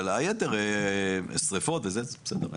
ולייתר שרפות וזה, בסדר.